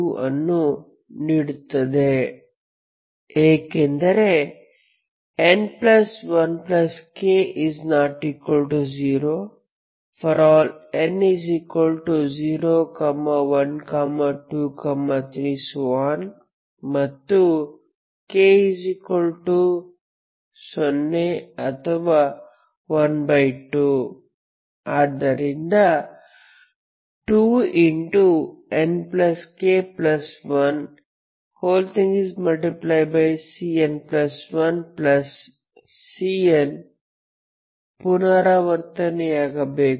ಅನ್ನು ನೀಡುತ್ತದೆ ಏಕೆಂದರೆ n1k≠0 ∀ n0 1 2 3ಮತ್ತು k0 ಅಥವಾ 12 ಆದ್ದರಿಂದ 2nk1Cn1Cn ಪುನರಾವರ್ತನೆಯಾಗಬೇಕು